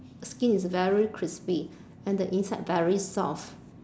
skin is very crispy and the inside very soft